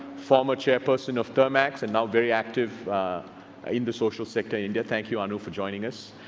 former chairperson of thermax and now very active in the social sector in india. thank you, anu, for joining us.